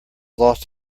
lost